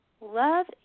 Love